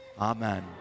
Amen